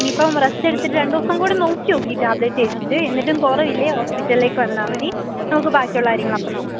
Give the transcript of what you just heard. ഇനിയിപ്പം റെസ്റ്റെടുത്തിട്ട് രണ്ടിവസം കൂടെ നോക്കിനോക്ക് ഈ ടാബ്ലെറ്റ് കഴിച്ചിട്ട് എന്നിട്ടും കുറവില്ലേൽ ഹോസ്പിറ്റലിലേക്ക് വന്നാൽ മതി നമുക്ക് ബാക്കിയുള്ള കാര്യങ്ങള് അപ്പം നോക്കാം